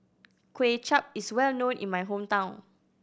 Kway Chap is well known in my hometown